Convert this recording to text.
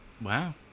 wow